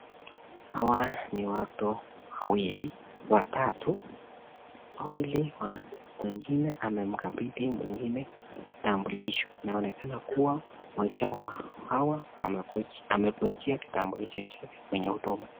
Hawa ni watu wawili watatu, wawili mwengine amemkabidhi mwengine kitambulisho, inaonekana kuwa mmoja ya hawa amekujia kitambulisho chake kwenye huduma.